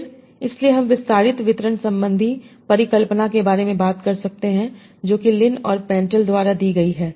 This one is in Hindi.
फिर इसलिए हम विस्तारित वितरण संबंधी परिकल्पना के बारे में बात कर सकते हैं जो कि लिन और पेंटेल द्वारा दी गई है